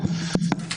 כן.